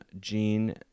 gene